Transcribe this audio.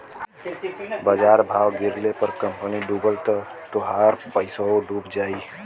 बाजार भाव गिरले पर कंपनी डूबल त तोहार पइसवो डूब जाई